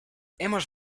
hemos